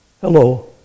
Hello